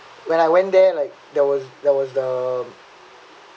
when I went there like there was there was the